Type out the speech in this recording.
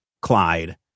Clyde